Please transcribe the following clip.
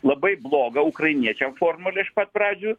labai blogą ukrainiečiam formulę iš pat pradžių